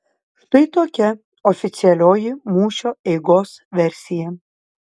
štai tokia oficialioji mūšio eigos versija